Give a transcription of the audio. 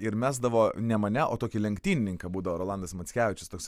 ir mesdavo ne mane o tokį lenktynininką būdavo rolandas mackevičius toks